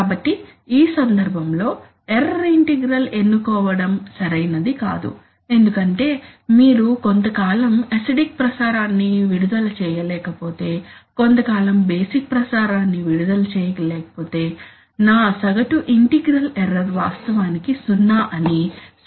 కాబట్టి ఈ సందర్భంలో ఎర్రర్ ఇంటిగ్రల్ ఎన్నుకోవడం సరైనది కాదు ఎందుకంటే మీరు కొంతకాలం అసిడిక్ ప్రసారాన్ని విడుదల చేయలేకపోతే కొంతకాలం బేసిక్ ప్రసారాన్ని విడుదల చేయకపోతే నా సగటు ఇంటిగ్రల్ ఎర్రర్ వాస్తవానికి సున్నా అని సరైనది కాదని చెప్పాలి